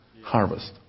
harvest